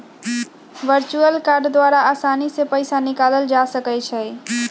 virtual card द्वारा असानी से पइसा निकालल जा सकइ छै